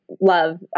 love